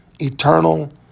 eternal